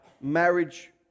marriage